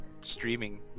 streaming